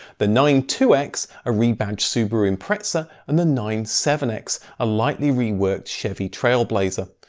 the nine two x, a rebadged subaru impreza, and the nine seven x, a lightly reworked chevy trailblazer.